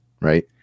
right